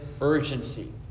urgency